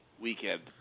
weekend